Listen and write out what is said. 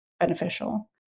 beneficial